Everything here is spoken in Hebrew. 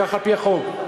כך על-פי החוק.